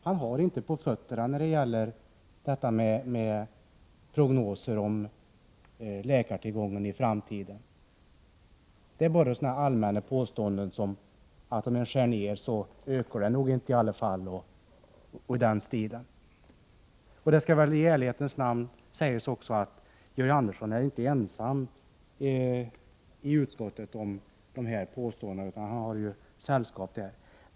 Han har dåligt på fötterna när det gäller att uttala sig om läkartillgången i framtiden, och det blir bara allmänna påståenden om att läkarbristen nog inte ökar även om man gör nedskärningar, osv. I ärlighetens namn skall det väl sägas att Georg Andersson inte är ensam i utskottet om att göra sådana här påståenden.